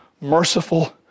merciful